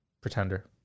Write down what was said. Pretender